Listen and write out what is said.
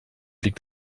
liegt